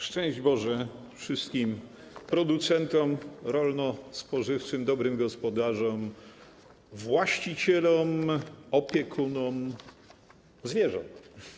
Szczęść Boże wszystkim producentom rolno-spożywczym, dobrym gospodarzom, właścicielom, opiekunom zwierząt!